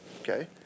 okay